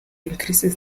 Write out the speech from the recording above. increases